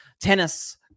tennis